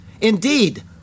Indeed